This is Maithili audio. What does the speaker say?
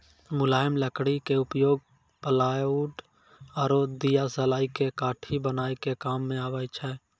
मुलायम लकड़ी के उपयोग प्लायउड आरो दियासलाई के काठी बनाय के काम मॅ आबै छै